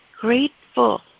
Grateful